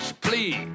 please